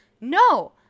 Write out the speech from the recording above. no